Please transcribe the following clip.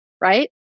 right